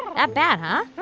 that bad, huh?